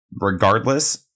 regardless